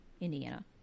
Indiana